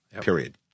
period